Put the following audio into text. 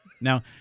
Now